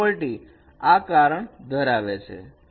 આ પ્રોપર્ટી આ કારણે ધરાવે છે